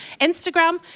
Instagram